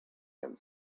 and